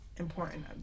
important